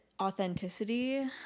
authenticity